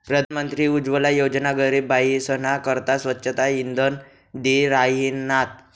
प्रधानमंत्री उज्वला योजना गरीब बायीसना करता स्वच्छ इंधन दि राहिनात